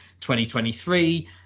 2023